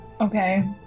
Okay